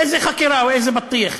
איזו חקירה ואיזה בטיח'?